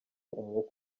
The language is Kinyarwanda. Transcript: umwuka